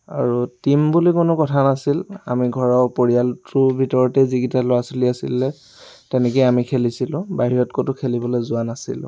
আৰু টিম বুলি কোনো কথা নাছিল আমি ঘৰৰ পৰিয়ালটোৰ ভিতৰতে যিগিটা ল'ৰা ছোৱালী আছিলে তেনেকৈ আমি খেলিছিলোঁ বাহিৰত ক'তো খেলিবলৈ যোৱা নাছিলোঁ